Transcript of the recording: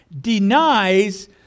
denies